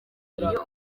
iyo